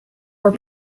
were